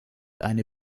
eine